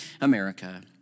America